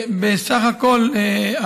בסך הכול,